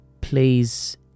please